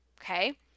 Okay